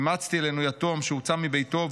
אימצתי אלינו יתום שהוצא מביתו,